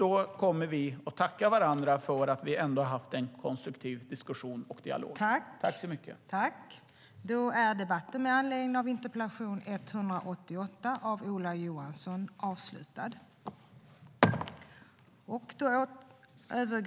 Då kommer vi att tacka varandra för att vi ändå har haft en konstruktiv diskussion och dialog. Överläggningen var härmed avslutad.